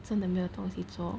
真的没有东西做